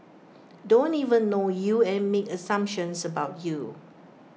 don't even know you and make assumptions about you